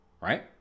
Right